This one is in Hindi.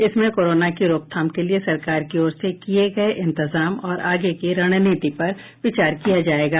इसमें कोरोना की रोकथाम के लिए सरकार की ओर से किये गये इंतजाम और आगे की रणनीति पर विचार किया जायेगा